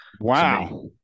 Wow